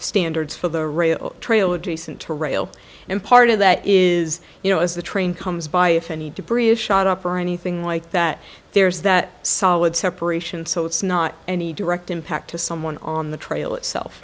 standards for the rail trail adjacent to rail and part of that is you know as the train comes by if any debris is shot up or anything like that there's that solid separation so it's not any direct impact to someone on the trail itself